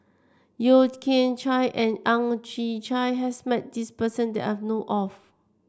Yeo Kian Chye and Ang Chwee Chai has met this person that I know of